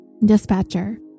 Dispatcher